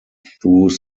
through